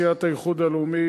סיעת האיחוד הלאומי,